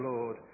Lord